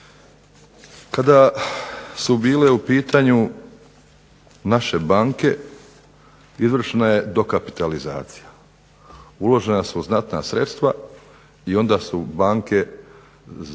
Kada su bile u pitanju naše banke, izvršena je dokapitalizacija, uložena su znatna sredstva i onda su banke prodane